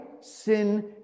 sin